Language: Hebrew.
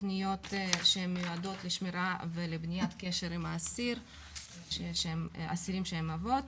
תכניות שמיועדות לשמירה ולבניית קשר עם האסירים שהם אבות.